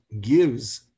gives